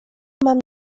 mam